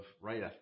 right